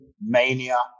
mania